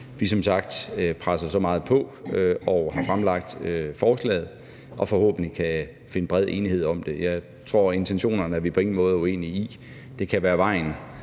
presser så meget på og har fremlagt forslaget, og forhåbentlig kan vi finde bred enighed om det. Og intentionerne tror jeg at vi på ingen måde er uenige om. Det kan være vejen,